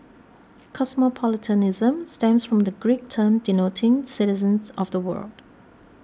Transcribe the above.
cosmopolitanism stems from the Greek term denoting citizens of the world